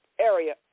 area